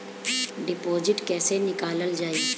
Deposit कैसे निकालल जाइ?